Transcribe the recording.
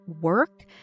work